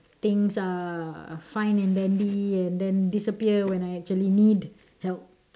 things are fine and dandy and then disappear when I actually need help